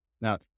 now